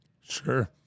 Sure